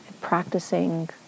practicing